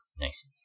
Nice